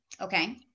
Okay